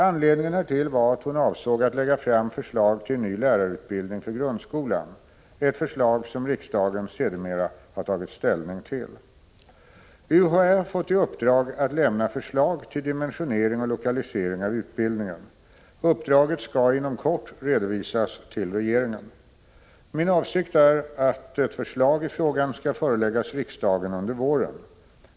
Anledningen härtill var att hon avsåg att lägga fram förslag till en ny lärarutbildning för grundskolan, ett förslag som riksdagen sedermera har tagit ställning till . UHÄ har fått i uppdrag att lämna förslag till dimensionering och lokalisering av utbildningen. Uppdraget skall inom kort redovisas till regeringen. Min avsikt är att ett förslag i frågan skall föreläggas riksdagen under våren.